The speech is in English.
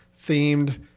themed